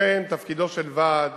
לכן תפקידו של ועד